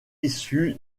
issus